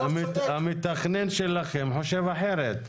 המתכנן שלכם חושב אחרת.